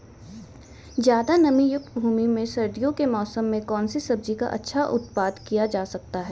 ज़्यादा नमीयुक्त भूमि में सर्दियों के मौसम में कौन सी सब्जी का अच्छा उत्पादन किया जा सकता है?